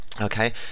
Okay